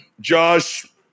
Josh